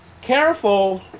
Careful